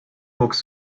mucks